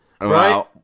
Right